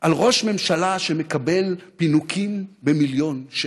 על ראש ממשלה שמקבל פינוקים במיליון שקל?